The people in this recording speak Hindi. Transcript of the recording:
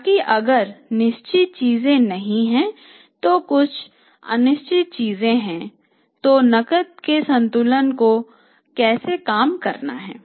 ताकिअगर निश्चित चीजें नहीं हैं तो कुछ अनिश्चित चीजें हैं तो नकद के संतुलन को कैसे काम करना है